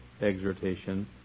exhortation